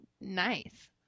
nice